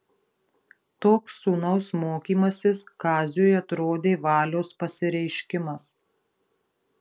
toks sūnaus mokymasis kaziui atrodė valios pasireiškimas